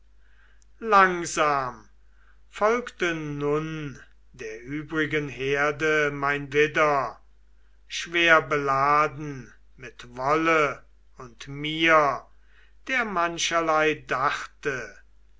langsam folgte nun der übrigen herde mein widder schwerbeladen mit wolle und mir der mancherlei dachte